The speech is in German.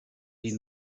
die